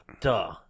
Duh